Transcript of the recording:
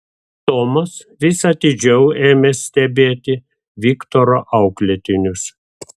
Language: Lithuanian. tomas vis atidžiau ėmė stebėti viktoro auklėtinius